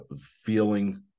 feeling